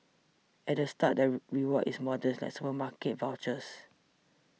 at the start the reward is modest like supermarket vouchers